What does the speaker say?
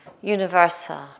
universal